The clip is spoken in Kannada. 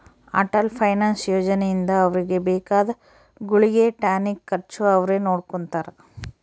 ಅಟಲ್ ಪೆನ್ಶನ್ ಯೋಜನೆ ಇಂದ ಅವ್ರಿಗೆ ಬೇಕಾದ ಗುಳ್ಗೆ ಟಾನಿಕ್ ಖರ್ಚು ಅವ್ರೆ ನೊಡ್ಕೊತಾರ